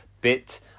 bit